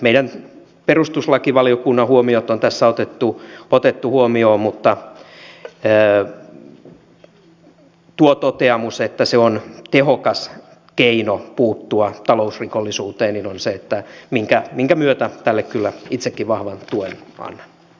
meidän perustuslakivaliokunnan huomiot on tässä otettu huomioon mutta tuo toteamus että se on tehokas keino puuttua talousrikollisuuteen on se minkä myötä tälle kyllä itsekin vahvan tuen annan